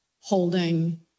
holding